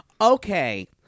Okay